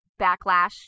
backlash